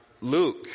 Luke